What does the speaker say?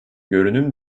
görünüm